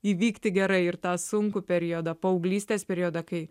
įvykti gerai ir tą sunkų periodą paauglystės periodą kai